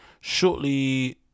Shortly